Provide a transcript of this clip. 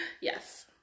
Yes